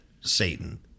Satan